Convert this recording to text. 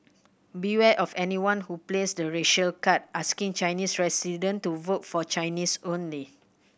beware of anyone who plays the racial card asking Chinese resident to vote for Chinese only